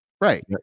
right